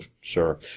Sure